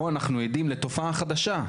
פה אנחנו עדים לתופעה חדשה,